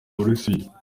burusiya